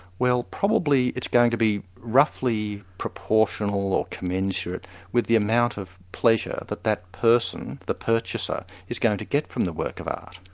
well probably it's going to be roughly proportional or commensurate with the amount of pleasure that that person, the purchaser, is going to get from the work of art.